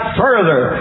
further